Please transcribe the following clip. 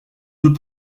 deux